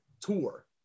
tour